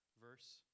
verse